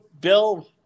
Bill